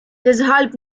deshalb